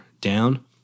down